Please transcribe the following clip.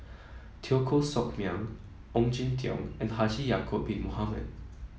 Teo Koh Sock Miang Ong Jin Teong and Haji Ya'acob Bin Mohamed